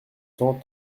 cent